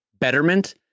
betterment